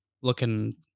looking